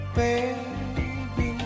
baby